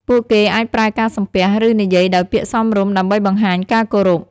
ពួកគេអាចប្រើការសំពះ ឬនិយាយដោយពាក្យសមរម្យ ដើម្បីបង្ហាញការគោរព។